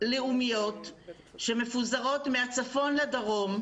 לאומיות שמפוזרות מהצפון לדרום,